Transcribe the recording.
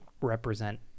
represent